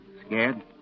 Scared